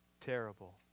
terrible